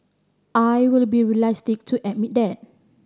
I will be realistic to admit that